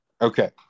Okay